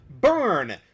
Burn